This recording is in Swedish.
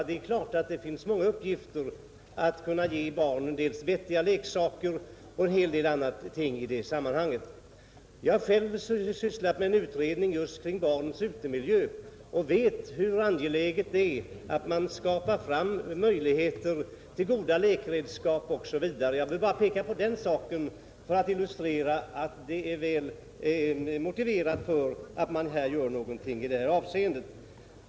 Det finns givetvis många uppgifter, bl.a. att ge barnen vettiga leksaker och en hel del andra ting i det sammanhanget. Jag har själv sysslat med en utredning just kring barns utemiljö och vet hur angeläget det är att man skapar möjligheter att erbjuda goda lekredskap osv. Jag behöver bara peka på det för att illustrera att det är väl motiverat att göra något i detta avseende.